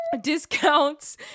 Discounts